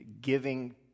giving